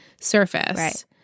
surface